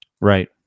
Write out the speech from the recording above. right